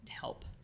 help